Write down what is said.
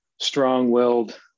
strong-willed